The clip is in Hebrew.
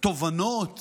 תובנות